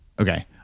Okay